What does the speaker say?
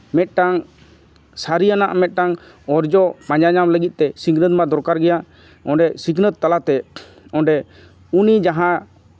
ᱢᱤᱫᱴᱟᱱ ᱥᱟᱹᱨᱤᱭᱟᱱᱟᱜ ᱢᱤᱫᱴᱟᱱ ᱚᱨᱡᱚ ᱯᱟᱸᱡᱟ ᱧᱟᱢ ᱞᱟᱹᱜᱤᱫ ᱛᱮ ᱥᱤᱠᱷᱱᱟᱹᱛ ᱢᱟ ᱫᱚᱨᱠᱟᱨ ᱜᱮᱭᱟ ᱚᱸᱰᱮ ᱥᱤᱠᱷᱱᱟᱹᱛ ᱛᱟᱞᱟᱛᱮ ᱚᱸᱰᱮ ᱩᱱᱤ ᱡᱟᱦᱟᱸ